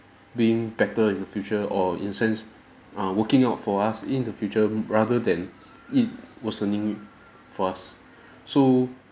being better in the future or in a sense err working out for us in the future m~ rather than it worsening for us so